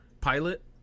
pilot